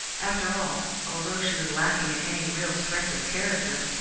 after all, although she was lacking in any real strength of character,